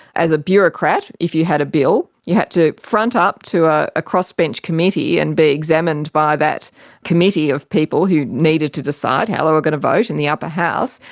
as a bureaucrat if you had a bill you had to front up to ah a crossbench committee and be examined by that committee of people who needed to decide how they were going to vote in the upper house,